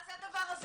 מה זה הדבר הזה?